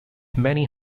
many